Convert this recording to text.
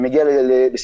אני מגיע לסיטואציה